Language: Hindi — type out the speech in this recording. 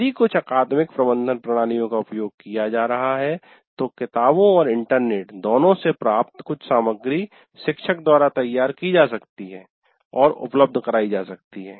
यदि कुछ अकादमिक प्रबंधन प्रणालियों का उपयोग किया जा रहा है तो किताबों और इंटरनेट दोनों से प्राप्त कुछ सामग्री शिक्षक द्वारा तैयार की जा सकती है और उपलब्ध करायी जा सकती है